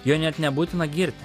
jo net nebūtina girt